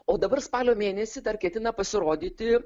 o dabar spalio mėnesį dar ketina pasirodyti